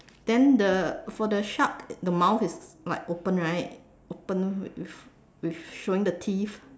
then the for the shark it the mouth is like open right open open with with showing the teeth